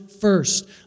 first